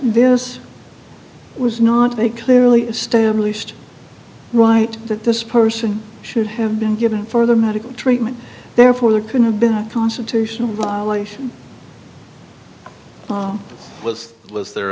this was not a clearly established right that this person should have been given further medical treatment therefore there could have been a constitutional violation mom was was there